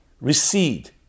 recede